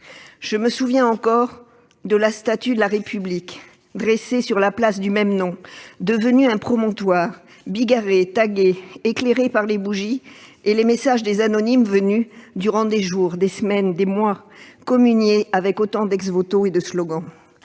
Je me souviens encore de la statue de la République, dressée sur la place du même nom, devenue un promontoire bigarré, tagué, éclairé par les bougies et les messages des anonymes venus durant des jours, des semaines, des mois communier avec force slogans